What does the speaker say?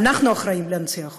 אנחנו אחראים להנציח אותה.